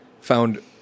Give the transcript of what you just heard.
found